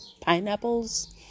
pineapples